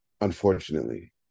Unfortunately